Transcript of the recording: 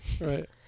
Right